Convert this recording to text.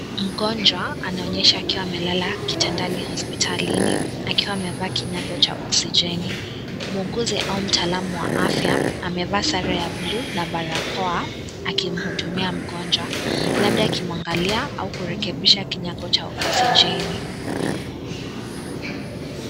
Mgonjwa anaonyeshwa akiwa amelala kitandani hospitalini akiwa amevaa kinyago cha oxigeni, muuguzi au mtaalamu wa afya amevaa sare ya bulu na barakoa akimhudumia mgonjwa labda akimwangalia au kurekebisha kinyago cha oxigeni.